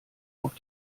auf